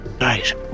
nice